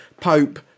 Pope